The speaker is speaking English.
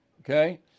Okay